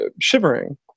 shivering